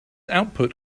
output